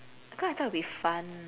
cause I thought it will be fun